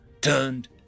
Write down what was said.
turned